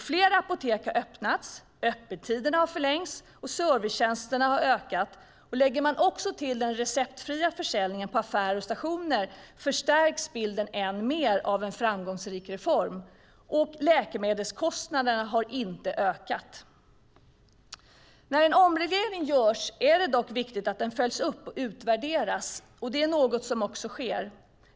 Fler apotek har öppnats, öppettiderna har förlängts och servicetjänsterna har ökat. Lägger man också till den receptfria försäljningen i affärer och på stationer förstärks bilden än mer av en framgångsrik reform. Läkemedelskostnaderna har inte ökat. När en omreglering görs är det dock viktigt att den följs upp och utvärderas. Det är något som också sker.